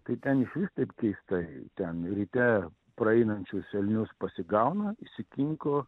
tai ten išvis taip keistai ten ryte praeinančius elnius pasigauna įsikinko